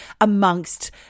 amongst